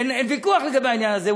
אין ויכוח לגבי העניין הזה.